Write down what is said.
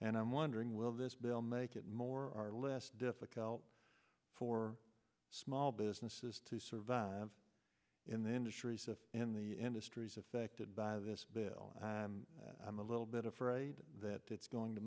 and i'm wondering will this bill make it more or less difficult for small businesses to survive in the industries in the industries affected by this bill i'm a little bit afraid that it's going to